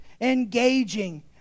engaging